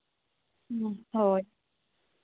ᱦᱮᱸ ᱦᱳᱭ